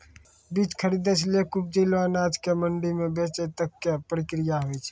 बीज खरीदै सॅ लैक उपजलो अनाज कॅ मंडी म बेचै तक के प्रक्रिया हौय छै